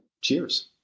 cheers